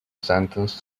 sentenced